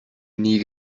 nie